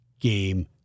game